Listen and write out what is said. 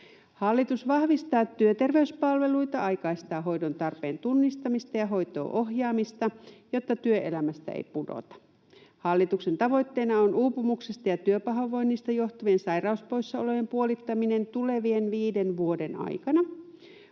Hallitus vahvistaa työterveyspalveluita, aikaista hoidon tarpeen tunnistamista ja hoitoon ohjaamista, jotta työelämästä ei pudota. Hallituksen tavoitteena on uupumuksesta ja työpahoinvoinnista johtuvien sairauspoissaolojen puolittaminen tulevien viiden vuoden aikana.